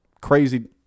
Crazy –